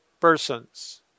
persons